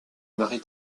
marie